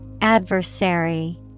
Adversary